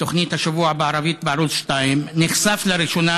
בתוכנית השבוע בערבית בערוץ 2 נחשף לראשונה